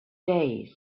days